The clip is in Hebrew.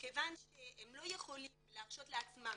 מכיוון שהם לא יכולים להרשות לעצמם